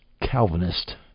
Calvinist